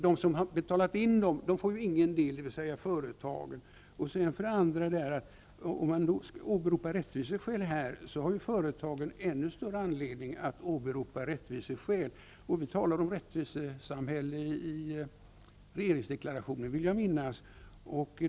De som har betalat in pengarna, dvs. företagen, får ju ingen del av utbetalningarna. Man åberopar i detta sammanhang rättviseskäl, men det har ju i så fall företagen ännu större anledning att göra. Jag vill minnas att det i regeringsdeklarationen talas om rättvisesamhället.